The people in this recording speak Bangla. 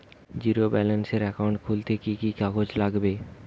জীরো ব্যালেন্সের একাউন্ট খুলতে কি কি কাগজ লাগবে?